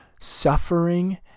Suffering